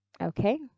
okay